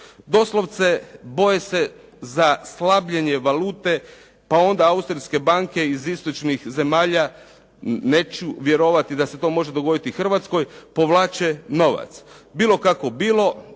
Doslovce boje se za slabljenje valute, pa onda austrijske banke iz istočnih zemalja, neću vjerovati da se to može dogoditi Hrvatskoj, povlače novac. Bilo kako bilo,